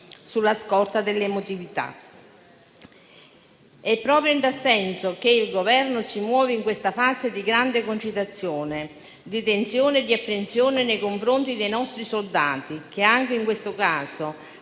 sulla scorta dell'emotività.